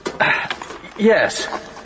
Yes